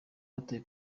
batoye